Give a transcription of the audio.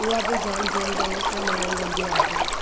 उहा बि जाम धुम धाम सां मल्हाई वेंदि आहे